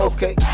Okay